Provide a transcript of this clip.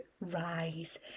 rise